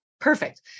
Perfect